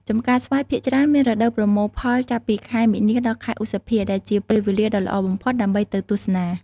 ចម្ការស្វាយភាគច្រើនមានរដូវប្រមូលផលចាប់ពីខែមីនាដល់ខែឧសភា ដែលជាពេលវេលាដ៏ល្អបំផុតដើម្បីទៅទស្សនា។